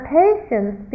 patience